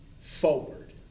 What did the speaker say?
forward